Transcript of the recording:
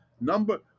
Number